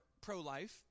pro-life